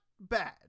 bad